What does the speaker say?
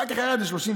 אחר כך היה איזה 36,